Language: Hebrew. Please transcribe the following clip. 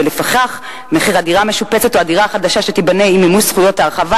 ולפיכך מחיר הדירה המשופצת או הדירה החדשה שתיבנה עם מימוש זכויות ההרחבה